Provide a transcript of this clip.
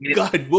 god